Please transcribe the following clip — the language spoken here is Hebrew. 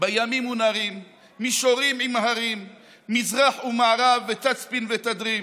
בימים ונהרים / מישורים / עם הרים / מזרח ומערב ותצפין ותדרים.